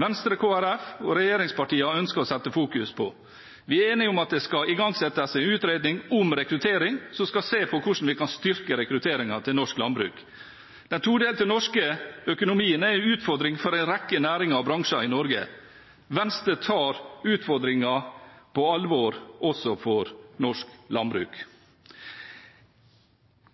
Venstre, Kristelig Folkeparti og regjeringspartiene ønsker å sette fokus på. Vi er enige om at det skal igangsettes en utredning om rekruttering som skal se på hvordan vi kan styrke rekrutteringen til norsk landbruk. Den todelte norske økonomien er en utfordring for en rekke næringer og bransjer i Norge. Venstre tar utfordringen på alvor, også for norsk landbruk.